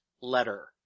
letter